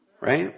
right